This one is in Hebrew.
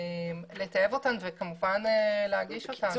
לטייב אותן ולהגיש אותן.